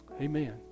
amen